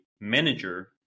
manager